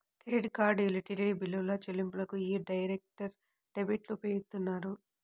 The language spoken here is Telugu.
క్రెడిట్ కార్డ్, యుటిలిటీ బిల్లుల చెల్లింపులకు యీ డైరెక్ట్ డెబిట్లు ఉపయోగిత్తారు